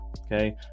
okay